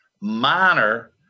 Minor